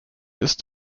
ist